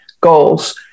goals